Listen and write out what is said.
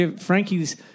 Frankie's